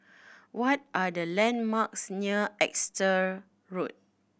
what are the landmarks near Exeter Road